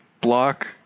block